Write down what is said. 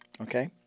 Okay